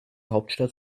hauptstadt